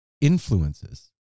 influences